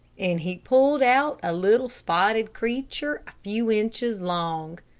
and he pulled out a little spotted creature a few inches long.